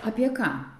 apie ką